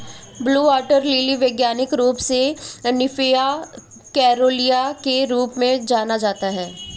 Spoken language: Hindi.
ब्लू वाटर लिली वैज्ञानिक रूप से निम्फिया केरूलिया के रूप में जाना जाता है